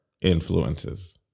influences